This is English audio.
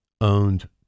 owned